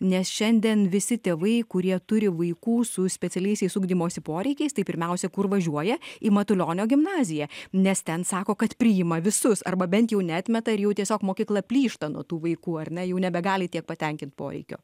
nes šiandien visi tėvai kurie turi vaikų su specialiaisiais ugdymosi poreikiais tai pirmiausia kur važiuoja į matulionio gimnaziją nes ten sako kad priima visus arba bent jau neatmeta ir jau tiesiog mokykla plyšta nuo tų vaikų ar ne jau nebegali tiek patenkint poreikio